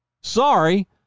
Sorry